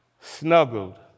snuggled